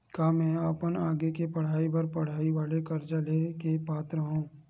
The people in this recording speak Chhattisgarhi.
का मेंहा अपन आगे के पढई बर पढई वाले कर्जा ले के पात्र हव?